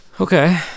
Okay